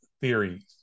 theories